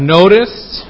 noticed